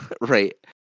right